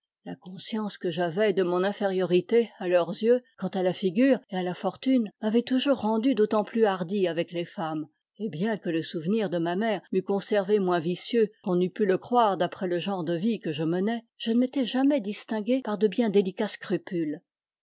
la conscience que j'avais de mon infériorité à leurs yeux quant à la figure et à la fortune m'avait toujours rendu d'autant plus hardi avec les femmes et bien que le souvenir de ma mère m'eût conservé moins vicieux qu'on n'eût pu le croire d'après le genre de vie que je menais je ne m'étais jamais distingué par de bien délicats scrupules